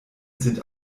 sind